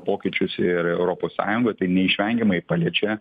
pokyčius ir europos sąjungoj tai neišvengiamai paliečia